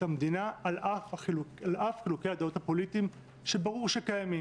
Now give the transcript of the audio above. המדינה על אף חילוקי הדעות הפוליטיים שברור שקיימים.